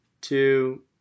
two